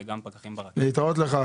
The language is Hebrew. ולרכבת כדי לוודא שההנחיות נשמרות,